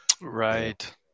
Right